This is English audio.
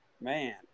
Man